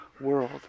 world